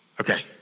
okay